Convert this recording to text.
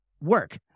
work